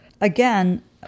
again